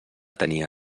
tenia